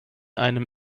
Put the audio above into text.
einem